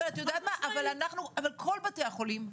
אבל כל בתי החולים,